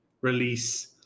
release